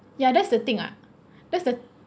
ya that's the thing ah that's the